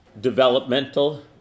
developmental